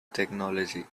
technology